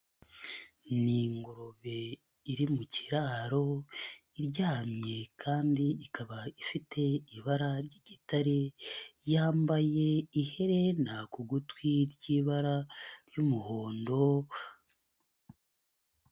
Ni ingurube iri mu kiraro iryamye kandi ikaba ifite ibara ry'igitare, yambaye iherena ku gutwi ry'ibara ry'umuhondo.